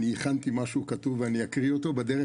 אני הכנתי משהו כתוב ואני אקריא אותו ובדרך